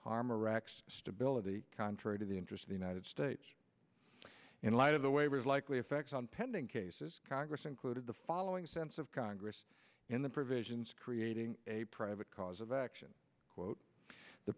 harm iraq's stability contrary to the interest of the united states in light of the waivers likely effects on pending cases congress included the following sense of congress in the provisions creating a private cause of action quote the